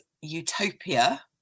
Utopia